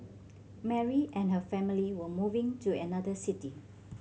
Mary and her family were moving to another city